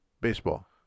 Baseball